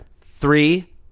Three